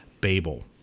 Babel